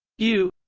u